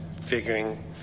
figuring